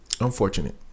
Unfortunate